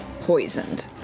poisoned